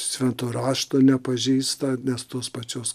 švento rašto nepažįsta nes tos pačios